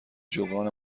جبران